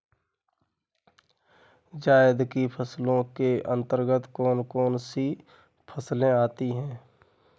जायद की फसलों के अंतर्गत कौन कौन सी फसलें आती हैं?